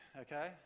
Okay